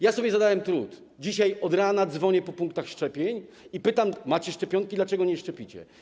Ja sobie zadałem trud, dzisiaj od rana dzwonię po punktach szczepień i pytam: Macie szczepionki, dlaczego nie szczepicie?